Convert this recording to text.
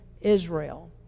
Israel